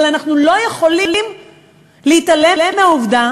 אבל אנחנו לא יכולים להתעלם מהעובדה